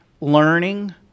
learning